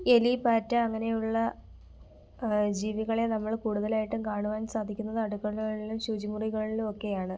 എലി പാറ്റ അങ്ങനെയുള്ള ജീവികളെ നമ്മള് കൂടുതലായിട്ടും കാണുവാൻ സാധിക്കുന്നത് അടുക്കളകളിലും ശുചിമുറികളിലും ഒക്കെയാണ്